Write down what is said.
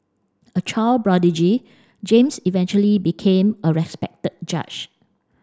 a child prodigy James eventually became a respected judge